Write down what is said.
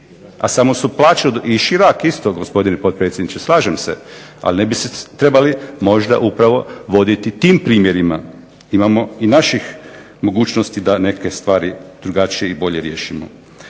stranaka. I Chirac isto gospodine potpredsjedniče, slažem se, ali ne bi se trebalo možda upravo voditi tim primjerima, imamo i naših mogućnosti da neke stvari drugačije i bolje riješimo.